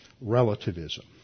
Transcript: relativism